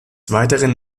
weiteren